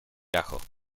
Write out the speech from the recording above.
ajo